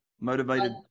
Motivated